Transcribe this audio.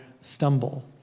stumble